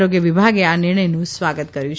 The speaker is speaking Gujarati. આરોગ્ય વિભાગે આ નિર્ણયનું સ્વાગત કર્યું છે